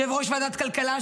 יושב-ראש ועדת כלכלה,